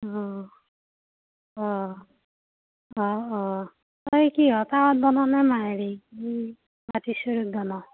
অঁ অঁ অঁ অঁ তই কিহত তাৱাত বনাৱ নে নে হেৰি এই মাটিৰ চৰুত বনাৱ